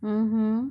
mmhmm